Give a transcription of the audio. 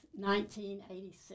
1986